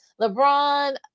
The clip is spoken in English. LeBron